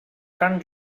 carn